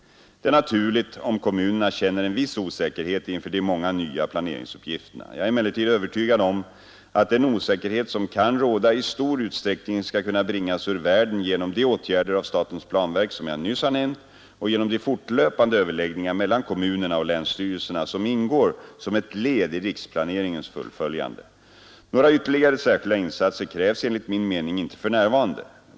Det är naturligt om kommunerna känner en viss osäkerhet inför de många nya planeringsuppgifterna. Jag är emellertid övertygad om att den osäkerhet som kan råda i stor utsträckning skall kunna bringas ur världen genom de åtgärder av statens planverk som jag nyss har nämnt och genom de fortlöpande överläggningar mellan kommunerna och länsstyrelserna som ingår som ett led i riksplaneringens fullföljande. Några ytterligare särskilda insatser krävs enligt min mening inte för närvarande.